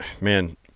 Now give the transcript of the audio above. man